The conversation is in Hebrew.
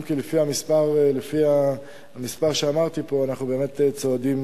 אם כי לפי המספר שאמרתי פה אנחנו באמת צועדים